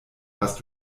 hast